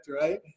right